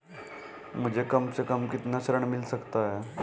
मुझे कम से कम कितना ऋण मिल सकता है?